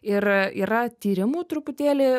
ir yra tyrimų truputėlį